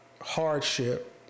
hardship